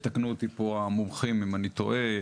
ויתקנו אותי המומחים פה אם אני טועה,